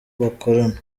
bakorana